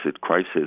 crisis